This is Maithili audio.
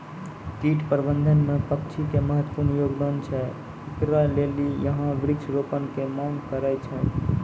कीट प्रबंधन मे पक्षी के महत्वपूर्ण योगदान छैय, इकरे लेली यहाँ वृक्ष रोपण के मांग करेय छैय?